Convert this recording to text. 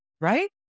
Right